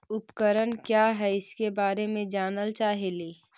उपकरण क्या है इसके बारे मे जानल चाहेली?